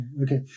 okay